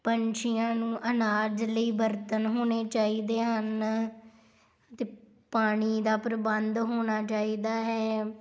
ਪੰਛੀਆਂ ਨੂੰ ਅਨਾਜ ਲਈ ਬਰਤਨ ਹੋਣੇ ਚਾਹੀਦੇ ਹਨ ਅਤੇ ਪਾਣੀ ਦਾ ਪ੍ਰਬੰਧ ਹੋਣਾ ਚਾਹੀਦਾ ਹੈ